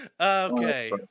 Okay